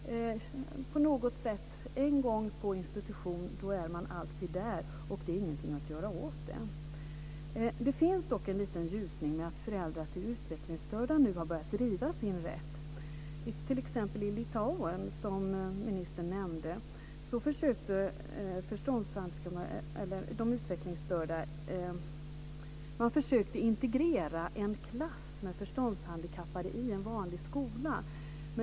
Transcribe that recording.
Har man en gång varit på institution är man på något sätt alltid där. Det är ingenting att göra åt det. Det finns dock en liten ljusning. Det är att föräldrar till utvecklingsstörda nu har börjat driva sin rätt. I Litauen, som ministern nämnde, försökte man t.ex. integrera en klass med förståndshandikappade i en vanlig skola.